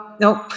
nope